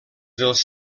dels